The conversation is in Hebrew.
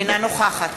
אינה נוכחת